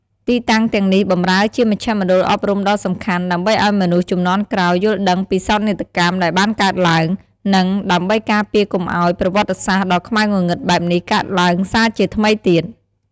ទីតាំងទាំងនេះបម្រើជាមជ្ឈមណ្ឌលអប់រំដ៏សំខាន់ ដើម្បីឱ្យមនុស្សជំនាន់ក្រោយយល់ដឹងពីសោកនាដកម្មដែលបានកើតឡើង និងដើម្បីការពារកុំឱ្យប្រវត្តិសាស្ត្រដ៏ខ្មៅងងឹតបែបនេះកើតឡើងសារជាថ្មីទៀត។